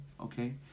okay